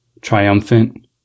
Triumphant